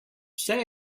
vse